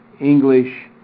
English